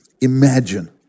imagine